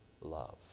love